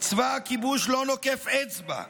צבא הכיבוש לא נוקף אצבע,